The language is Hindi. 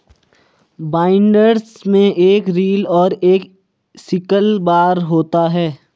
बाइंडर्स में एक रील और एक सिकल बार होता है